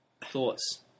Thoughts